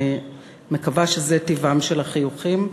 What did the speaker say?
אני מקווה שזה טיבם של החיוכים.